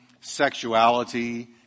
sexuality